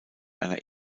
einer